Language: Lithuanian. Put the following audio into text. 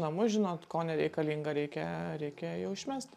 namus žinot ko nereikalinga reikia reikia jau išmest